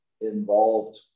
involved